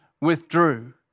withdrew